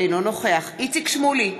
אינו נוכח איציק שמולי,